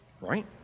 Right